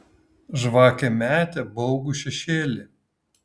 žvakė metė baugų šešėlį